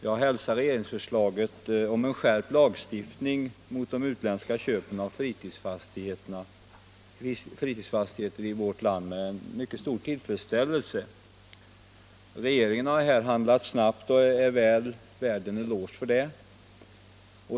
Jag hälsar regeringens förslag om en skärpt lagstiftning mot de utländska köpen av fritidsfastigheter i vårt land med mycket stor tillfreds 181 ställelse. Regeringen har handlat snabbt och är väl värd en eloge för det.